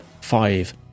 five